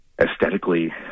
Aesthetically